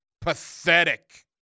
Pathetic